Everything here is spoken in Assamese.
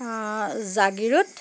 জাগিৰোড